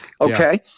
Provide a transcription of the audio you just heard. Okay